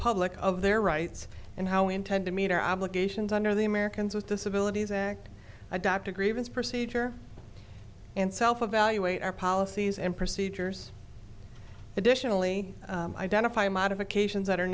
public of their rights and how intend to meet our obligations under the americans with disabilities act adopt a grievance procedure and self evaluate our policies and procedures additionally identify modifications that are